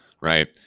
Right